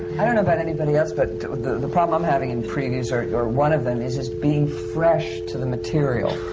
i don't know about anybody else, but the the problem i'm having in previews, or or one of them, is is being fresh to the material.